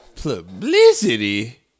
Publicity